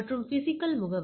மற்றும் பிசிகல் முகவரி